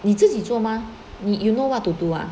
你自己做么吗 you you know what to do ah